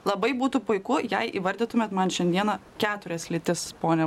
labai būtų puiku jei įvardytumėt man šiandieną keturias lytis pone